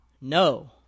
No